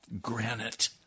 granite